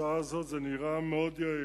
השעה הזאת, זה נראה מאוד יעיל.